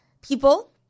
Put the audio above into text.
people